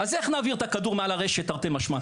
אז נעביר את הכדור מעל הרשת תרתי משמע?